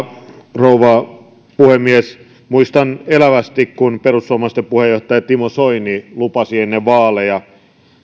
rouva puhemies muistan elävästi kun perussuomalaisten puheenjohtaja timo soini lupasi ennen vaaleja että